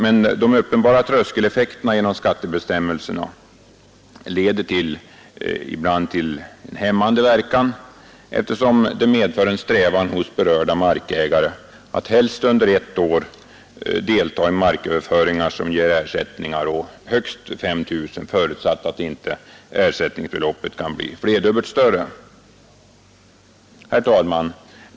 Men de uppenbara tröskeleffekter som skattebestämmelserna leder till har ibland en hämmande verkan eftersom de medför en strävan hos de berörda markägarna att under ett år helst bara delta i marköverföringar som ger ersättningar på högst 5 000 kronor — förutsatt att inte ersättningsbeloppet kan bli flerdubbelt större. Herr talman!